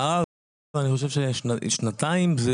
אבל אני חושב ששנתיים זה